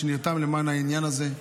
שנרתם למען העניין הזה,